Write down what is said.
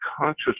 conscious